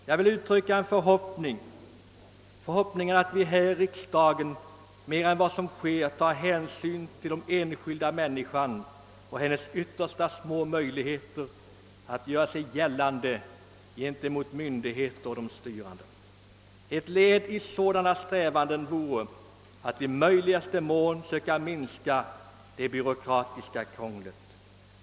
Jag vill uttrycka förhoppningen att vi här i riksdagen mer än vad som sker tar hänsyn till den enskilda människan och hennes ytterst små möjligheter att göra sig gällande gentemot myndigheter och de styrande. Ett led i sådana strävanden vore att i möjligaste mån söka minska det byråkratiska krånglet.